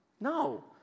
No